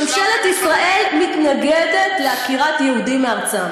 ממשלת ישראל מתנגדת לעקירת יהודים מארצם.